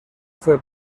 fue